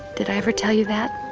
did i ever tell you that